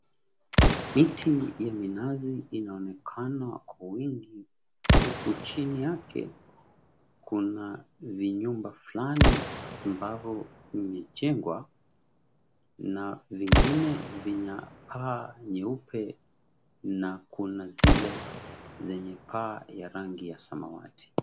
Miti ya minazi inaonekana kwa wingi. Huku chini yake, kuna vinyumba fulani ambavyo vimejengwa na vingine vina paa nyeupe na kuna zile zenye paa ya rangi ya samawati.